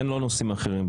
אין עוד נושאים בבוקר.